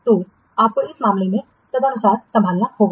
तो आपको इस मामले को तदनुसार संभालना होगा